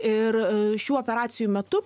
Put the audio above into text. ir šių operacijų metu